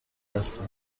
هستی